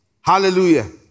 Hallelujah